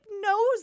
knows